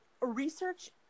research